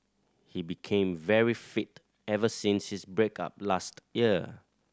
he became very fit ever since his break up last year